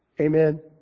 Amen